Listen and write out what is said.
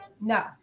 No